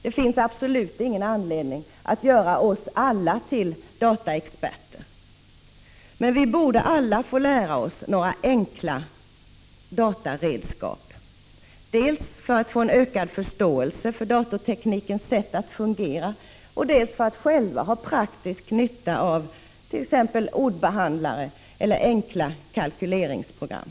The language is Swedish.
Det finns absolut ingen anledning att göra oss alla till dataexperter, men vi borde alla få lära oss att använda några enkla dataredskap, dels för att få ökad förståelse för datorteknikens sätt att fungera, dels för att själva ha praktisk nytta av t.ex. ordbehandlare eller enkla kalkyleringsprogram.